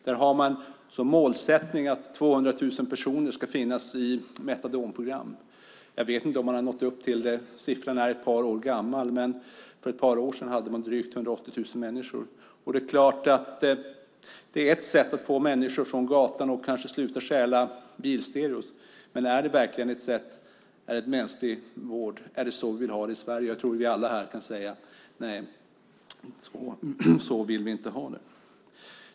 Där har man som målsättning att 200 000 personer ska finnas i Metadonprogram. Jag vet inte om man har nått upp till det, siffran är ett par år gammal, men för ett par år sedan hade man drygt 180 000 människor. Det är ett sätt att få människor från gatan och få dem att sluta stjäla bilstereor, men är det verkligen vård? Är det så vi vill ha det i Sverige? Jag tror att alla här säger nej, så vill vi inte ha det.